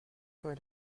quand